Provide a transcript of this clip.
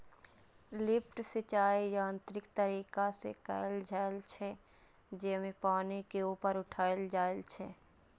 lift सिंचाइ यांत्रिक तरीका से कैल जाइ छै, जेमे पानि के ऊपर उठाएल जाइ छै